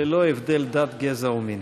ללא הבדל דת, גזע או מין.